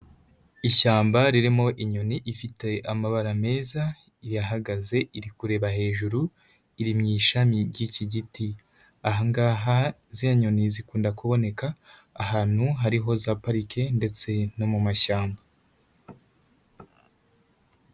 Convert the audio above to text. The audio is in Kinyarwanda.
Ishyamba ririmo inyoni ifite amabara meza, irahagaze, iri kureba hejuru, iri mu ishami ry'iki giti. Ahangaha ziriya nyoni zikunda kuboneka ahantu hariho za parike ndetse no mu mumashyamba.